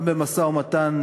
גם במשא-ומתן,